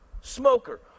smoker